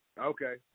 Okay